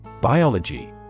Biology